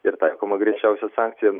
ir taikoma griežčiausia sankcija